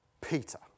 Peter